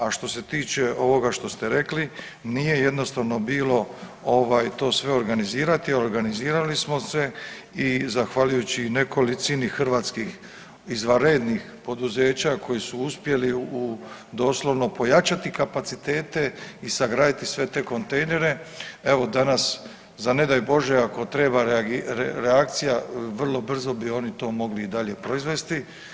A što se tiče ovoga što ste rekli, nije jednostavno bilo ovaj to sve organizirati, organizirali smo se i zahvaljujući nekolicina hrvatskih izvanrednih poduzeća koji su uspjeli u doslovno pojačati kapacitete i sagraditi sve te kontejnere, evo, danas za ne daj Bože, ako treba reakcija, vrlo brzo bi oni to mogli i dalje proizvesti.